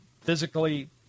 physically